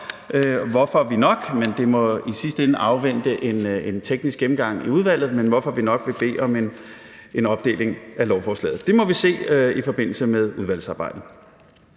hvorfor vi nok – men det må i sidste ende afvente en teknisk gennemgang i udvalget – vil bede om en opdeling af lovforslaget. Det må vi se i forbindelse med udvalgsarbejdet.